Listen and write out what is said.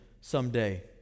someday